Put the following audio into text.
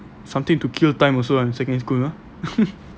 something to kill time also ah in secondary school you know